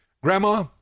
Grandma